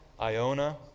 Iona